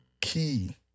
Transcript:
Key